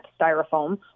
styrofoam